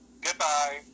Goodbye